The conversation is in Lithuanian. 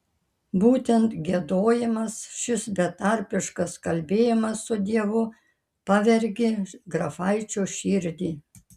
būtent giedojimas šis betarpiškas kalbėjimas su dievu pavergė grafaičio širdį